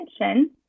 attention